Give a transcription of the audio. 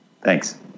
thanks